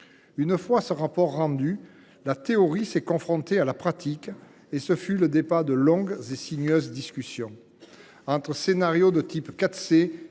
Une fois ce rapport rendu, la théorie s’est confrontée à la pratique, et ce fut le début de longues et sinueuses discussions. Entre scénario de type «